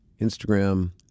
instagram